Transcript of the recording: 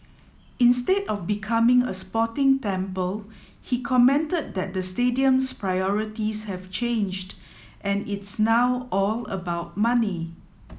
instead of becoming a sporting temple he commented that the stadium's priorities have changed and it's now all about money